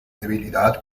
debilidad